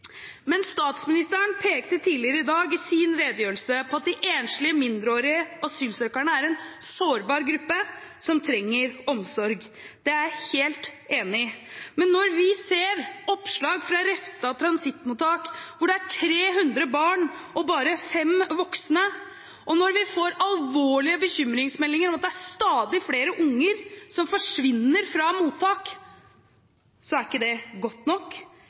Statsministeren pekte i sin redegjørelse tidligere i dag på at de enslige mindreårige asylsøkerne er en sårbar gruppe, som trenger omsorg. Det er jeg helt enig i. Men når vi ser oppslag fra Refstad transittmottak, hvor det er 300 barn og bare 5 voksne, og når vi får alvorlige bekymringsmeldinger om at det er stadig flere unger som forsvinner fra mottak, er ikke det godt nok.